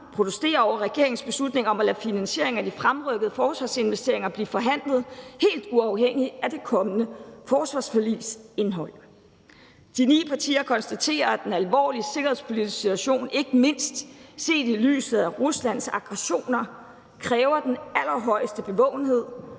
protesterer over regeringens beslutning om at lade finansieringen af fremrykkede forsvarsinvesteringer blive forhandlet helt uafhængigt af det kommende forsvarsforligs indhold. De ni partier konstaterer, at den alvorlige sikkerhedspolitiske situation, ikke mindst i lyset af Ruslands aggressioner, kræver den allerhøjeste bevågenhed